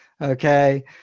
okay